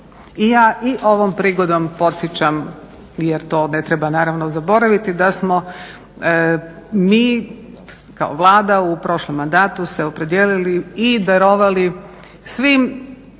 i ja i ovom prigodom podsjećam, jer to ne treba naravno zaboraviti, da smo mi kao Vlada u prošlom mandatu se opredijelili i darovali svim